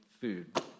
food